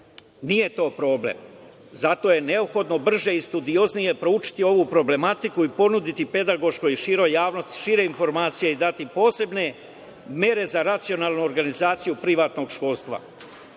Nije to problem. Zato je neophodno brže i studioznije proučiti ovu problematiku i ponuditi pedagoškoj i široj javnosti šire informacije i dati posebne mere za racionalnu organizaciju privatnog školstva. Mi